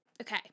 Okay